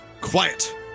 Quiet